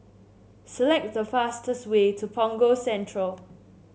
select the fastest way to Punggol Central